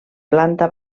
planta